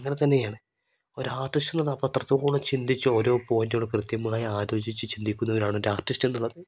അങ്ങനെ തന്നെയാണ് ഒരു ആർട്ടിസ്റ്റ് എന്നുള്ളത് അപ്പം അത്രത്തോളം ചിന്തിച്ച് ഓരോ പോയിൻറ്റുകളും കൃത്യമായി ആലോചിച്ച് ചിന്തിക്കുന്നവരാണ് ഒരു ആർട്ടിസ്റ്റ് എന്നുള്ളത്